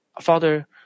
Father